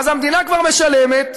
אז המדינה כבר משלמת,